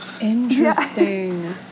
Interesting